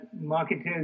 marketers